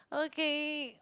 okay